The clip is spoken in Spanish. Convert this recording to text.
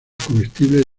comestibles